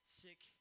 sick